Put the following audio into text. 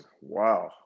Wow